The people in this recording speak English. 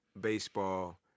baseball